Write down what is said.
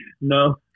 no